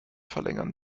verlängern